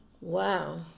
Wow